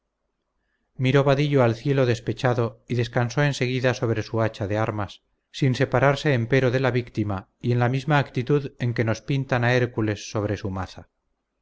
miró vadillo al cielo despechado y descansó en seguida sobre su hacha de armas sin separarse empero de la víctima y en la misma actitud en que nos pintan a hércules sobre su maza